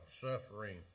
suffering